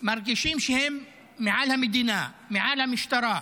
מרגישים שהם מעל המדינה, מעל המשטרה.